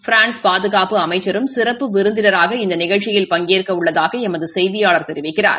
France பாதுகாப்பு அமைச்சரும் சிறப்பு விருந்தினராக இந்த நிகழ்ச்சியில் பங்கேற்க உள்ளதாக எமது செய்தியாளர் தெரிவிக்கிறார்